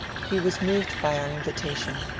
he was moved by our invitation,